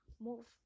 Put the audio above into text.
move